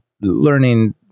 learning